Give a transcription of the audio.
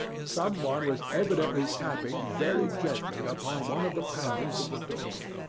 someone was evidently tapping very gently upon one of the panels of the door.